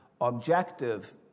objective